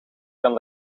kan